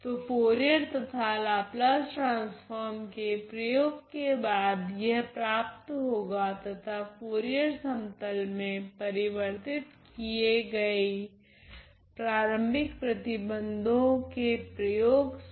तो फुरियर तथा Laplace transform के प्रयोग के बाद यह प्राप्त होगा तथा फुरियर समतल में परिवर्तित किये गई प्रारम्भिक प्रतिबंधों के प्रयोग से